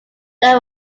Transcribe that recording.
they